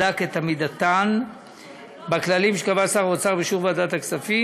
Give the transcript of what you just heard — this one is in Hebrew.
בדק את עמידתן בכללים שקבע שר האוצר באישור ועדת הכספים,